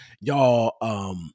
Y'all